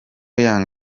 young